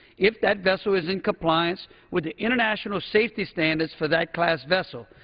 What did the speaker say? if that vessel is in compliance with international safety standards for that class vessel.